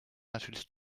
natürlich